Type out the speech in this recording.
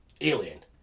Alien